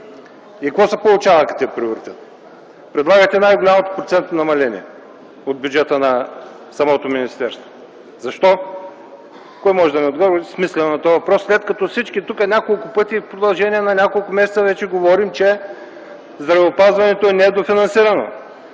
И какво се получава като е приоритет? Предлагате най-голямото процентно намаление от бюджета на самото министерство. Защо? Кой може да ми отговори смислено на този въпрос, след като всички тук няколко пъти и в продължение на няколко месеца вече говорим, че здравеопазването е недофинансирано.